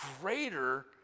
greater